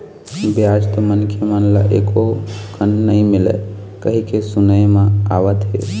बियाज तो मनखे मन ल एको कन नइ मिलय कहिके सुनई म आवत हे